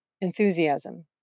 Enthusiasm